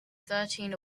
thirteen